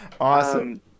awesome